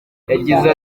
yagize